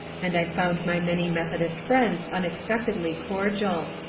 and i found my many methodist friends unexpectedly cordial.